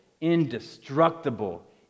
indestructible